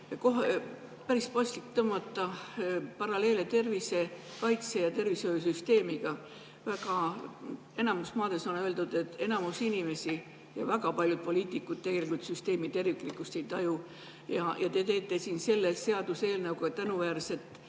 päris paslik tõmmata paralleele tervisekaitse ja tervishoiusüsteemiga. Enamikus maades on öeldud, et enamik inimesi ja väga paljud poliitikud tegelikult süsteemi terviklikkust ei taju. Te teete siin selle seaduseelnõuga tänuväärset